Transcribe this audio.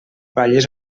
vallès